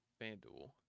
FanDuel